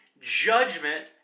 judgment